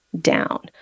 down